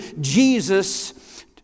Jesus